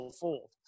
fold